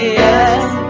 yes